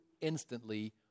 instantly